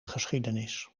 geschiedenis